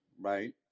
right